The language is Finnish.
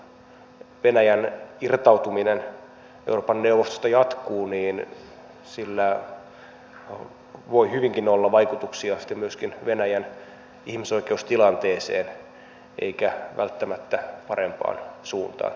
sen sijaan jos venäjän irtautuminen euroopan neuvostosta jatkuu niin sillä voi sitten hyvinkin olla vaikutuksia myöskin venäjän ihmisoikeustilanteeseen eikä välttämättä parempaan suuntaan